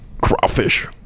crawfish